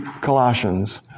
Colossians